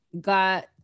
got